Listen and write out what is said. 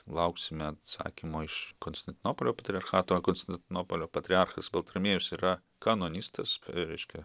lauksime atsakymo iš konstantinopolio patriarchato konstantinopolio patriarchas baltramiejus yra kanonistas reiškia